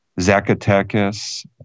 Zacatecas